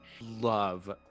Love